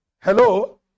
Hello